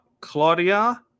Claudia